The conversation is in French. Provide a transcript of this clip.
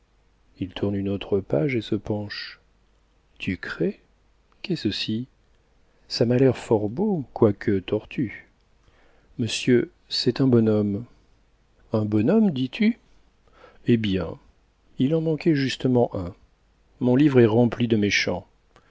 il tourne une autre page et se penche tu crées qu'est ceci ça m'a l'air fort beau quoique tortu monsieur c'est un bonhomme un bonhomme dis-tu eh bien il en manquait justement un mon livre est rempli de méchants